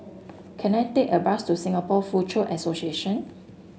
can I take a bus to Singapore Foochow Association